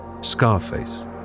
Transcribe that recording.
Scarface